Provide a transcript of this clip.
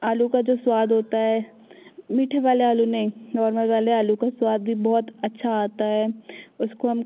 आलू का जो स्वाद होता है मीठे वाले आलू नहीं नॉर्मल वाले आलू का स्वाद भी बहुत अच्छा आता है उसको हम